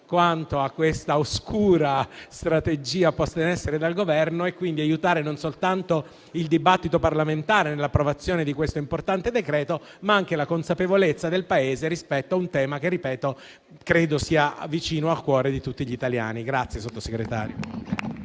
quanto a questa oscura strategia posta in essere dal Governo e quindi aiutare non soltanto il dibattito parlamentare nell'approvazione di questo importante decreto-legge, ma anche la consapevolezza del Paese rispetto a un tema che - ripeto - credo sia vicino al cuore di tutti gli italiani.